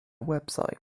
website